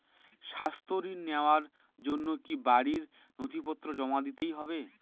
স্বাস্থ্য ঋণ নেওয়ার জন্য কি বাড়ীর নথিপত্র জমা দিতেই হয়?